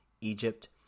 Egypt